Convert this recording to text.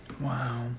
Wow